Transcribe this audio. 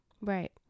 Right